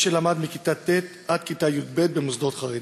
שלמד מכיתה ט' עד כיתה י"ב במוסדות חרדיים.